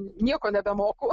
nieko nebemoku